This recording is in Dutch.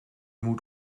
moet